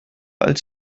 als